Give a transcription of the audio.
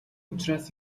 учраас